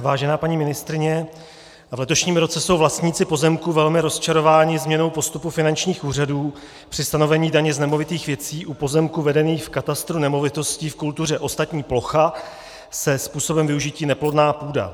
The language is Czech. Vážená paní ministryně, v letošním roce jsou vlastníci pozemků velmi rozčarováni změnou postupu finančních úřadů při stanovení daně z nemovitých věcí u pozemků vedených v katastru nemovitostí v kultuře ostatní plocha se způsobem využití neplodná půda.